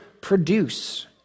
produce